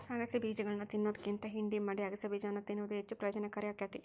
ಅಗಸೆ ಬೇಜಗಳನ್ನಾ ತಿನ್ನೋದ್ಕಿಂತ ಹಿಂಡಿ ಮಾಡಿ ಅಗಸೆಬೇಜವನ್ನು ತಿನ್ನುವುದು ಹೆಚ್ಚು ಪ್ರಯೋಜನಕಾರಿ ಆಕ್ಕೆತಿ